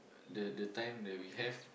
the the time that we have